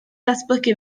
datblygu